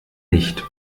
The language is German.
nicht